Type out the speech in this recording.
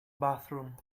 bathroom